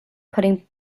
putting